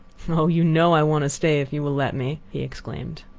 oh! you know i want to stay if you will let me! he exclaimed.